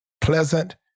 pleasant